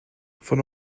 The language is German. von